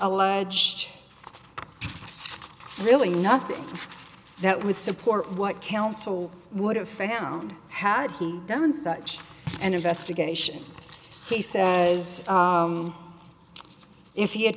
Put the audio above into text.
a ledge really nothing that would support what counsel would have found had he done such an investigation he says if he had